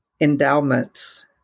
endowments